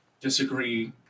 disagree